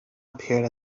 appeared